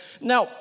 Now